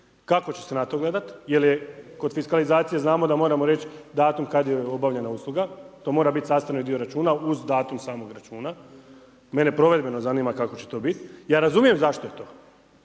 Kako će se na to gledati? Jer kod fiskalizacije znamo da moramo reći datum kada je obavljena usluga, to mora biti sastavni dio računa, uz datum samog računa. Mene provedbeno zanima kako će to biti. Ja razumijem zašto je to.